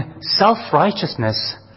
self-righteousness